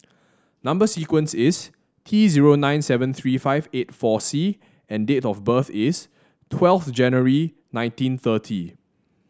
number sequence is T zero nine seven three five eight four C and date of birth is twelfth January nineteen thirty